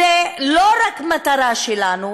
זה לא רק מטרה שלנו,